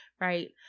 right